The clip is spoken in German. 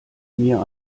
mir